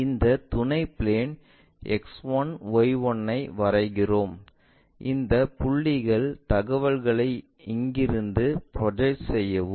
இந்த துணை plane X1Y1 ஐ வரைகிறோம் இந்த புள்ளிகள் தகவல்களை இங்கிருந்து ப்ரொஜெக்ட் செய்யவும்